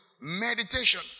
meditation